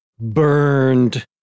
burned